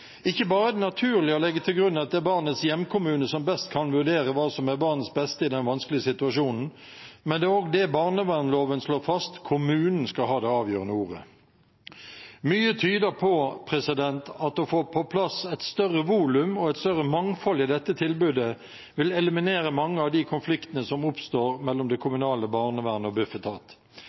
Ikke bare er det naturlig å legge til grunn at det er barnets hjemkommune som best kan vurdere hva som er barnets beste i den vanskelige situasjonen, men det er også det barnevernsloven slår fast: Kommunen skal ha det avgjørende ordet. Mye tyder på at å få på plass et større volum og et større mangfold i dette tilbudet vil eliminere mange av de konfliktene som oppstår mellom det kommunale barnevernet og